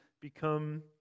become